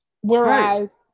Whereas